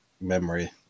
memory